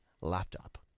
laptop